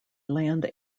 land